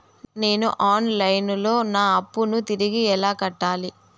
నేను online లో నా అప్పును తిరిగి ఎలా కట్టాలి?